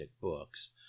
books